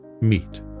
meet